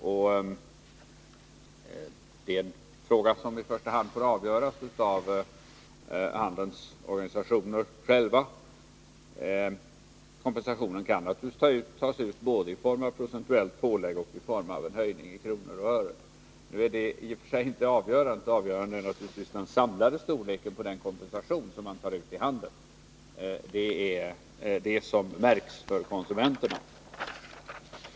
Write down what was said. Det är en fråga som i första hand får avgöras av handelns organisationer själva. Kompensationen kan tas ut både i form av procentuellt pålägg och i form av en höjning i kronor och ören. Nu är det i och för sig inte avgörande, utan det avgörande är naturligtvis den samlade storleken på den kompensation som man tar ut i handeln. Det är det som märks för konsumenterna.